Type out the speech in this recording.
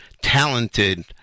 talented